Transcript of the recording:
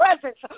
presence